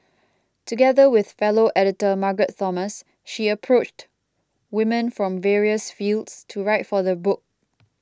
together with fellow editor Margaret Thomas she approached women from various fields to write for the book